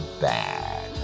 bad